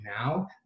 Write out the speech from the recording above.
now